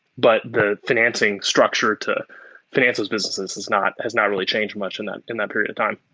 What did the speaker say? but the financing structure to finance those businesses has not has not really changed much in that in that period of time.